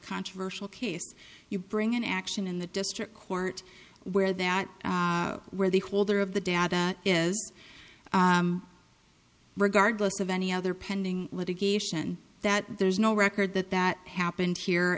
controversial case you bring an action in the district court where that where the holder of the data is regardless of any other pending litigation that there's no record that that happened here